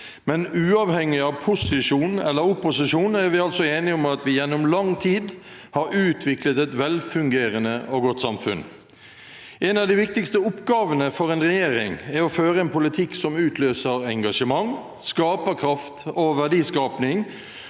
eller opposisjon er vi altså enige om at vi gjennom lang tid har utviklet et velfungerende og godt samfunn. En av de viktigste oppgavene for en regjering er å føre en politikk som utløser engasjement, skaperkraft og verdiskaping,